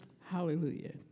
Hallelujah